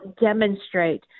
demonstrate